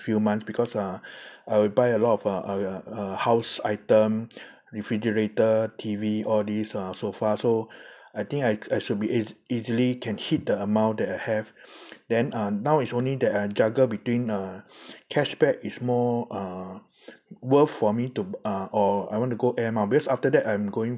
few months because uh I will buy a lot of uh uh house item refrigerator T_V all this uh sofa so I think I I should be eas~ easily can hit the amount that I have then uh now is only that I juggle between uh cashback is more uh worth for me to uh or I want to go air mile because after that I'm going